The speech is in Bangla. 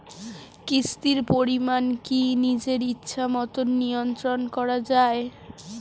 কিস্তির পরিমাণ কি নিজের ইচ্ছামত নিয়ন্ত্রণ করা যায়?